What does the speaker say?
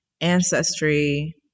Ancestry